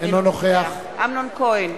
אינו נוכח אמנון כהן,